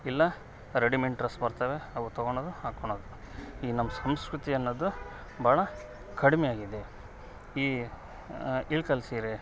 ಇಲ್ಲ readymade dress ಬರ್ತವೆ ಅವು ತೊಗೋಳದು ಹಾಕೋಳದು ಈ ನಮ್ಮ ಸಂಸ್ಕೃತಿ ಅನ್ನೋದು ಭಾಳ ಕಡಿಮೆ ಆಗಿದೆ ಈ ಇಳಕಲ್ ಸೀರೆ